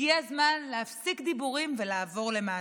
הגיע הזמן להפסיק דיבורים ולעבור למעשים.